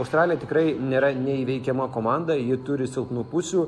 australija tikrai nėra neįveikiama komanda ji turi silpnų pusių